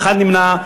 אחד נמנע.